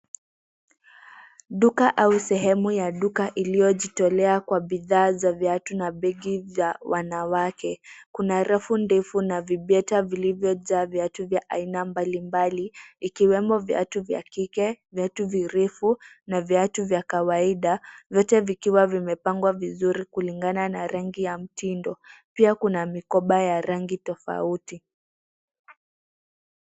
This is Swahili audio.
Duka au sehemu ya duka iliyojitolea kwa bidhaa za viatu na begi za wanawake kuna rafu ndefu na vibeta vilivyojaa viatu vya aina mbalimbali ikiwemo viatu vya kike, viatu virefu na viatu vya kawaida vyote vikiwa vimepangwa vizuri kulingana na rangi ya mtindo. Pia kuna mikoba ya rangi tofauti.